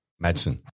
Medicine